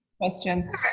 question